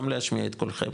גם להשמיע את קולכם,